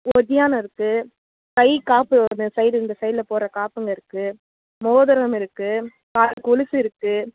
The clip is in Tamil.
ஒட்டியாணம் இருக்குது கை காப்பு இந்த சைடு இந்த சைடில் போடுற காப்புங்க இருக்குது மோதிரம் இருக்குது கால் கொலுசு இருக்குது